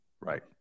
right